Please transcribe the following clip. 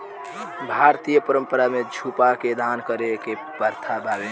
भारतीय परंपरा में छुपा के दान करे के प्रथा बावे